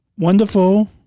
Wonderful